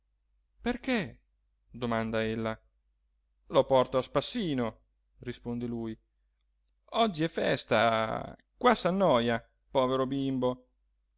perché domanda ella lo porto a spassino risponde lui oggi è festa qua s'annoja povero bimbo